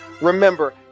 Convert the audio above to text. remember